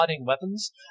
weapons